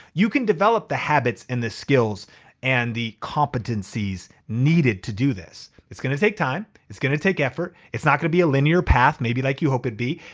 you can develop the habits and the skills and the competencies needed to do this. it's gonna take time. it's gonna take effort. it's not gonna be a linear path maybe like you hope it'd be.